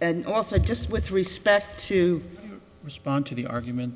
and also just with respect to respond to the argument